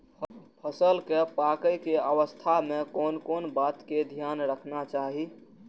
फसल के पाकैय के अवस्था में कोन कोन बात के ध्यान रखना चाही?